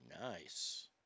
Nice